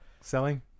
selling